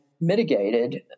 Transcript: mitigated